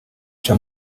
nca